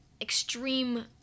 extreme